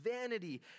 vanity